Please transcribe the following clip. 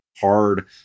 hard